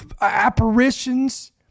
apparitions